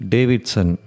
Davidson